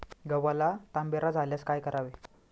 गव्हाला तांबेरा झाल्यास काय करावे?